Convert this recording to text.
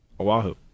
Oahu